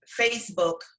facebook